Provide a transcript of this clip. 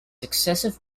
successive